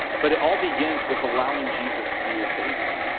but it all begins with allowing jesus to be your savior